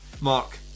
Mark